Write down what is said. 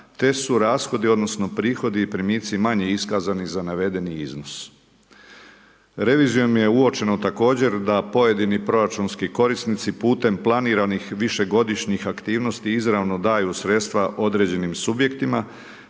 te su rashodi, odnosno, prihodi i primici manje iskazani za navedeni iznos. Revizijom je uočeno, također da pojedini proračunski korisnici, putem planiranih višegodišnjih aktivnosti izravno daju sredstva određenim subjektima,